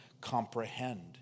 comprehend